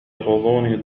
غضون